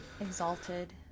exalted